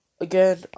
Again